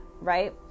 right